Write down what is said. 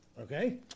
Okay